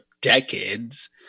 decades